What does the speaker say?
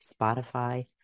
spotify